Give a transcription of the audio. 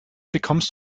bekommst